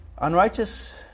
Unrighteous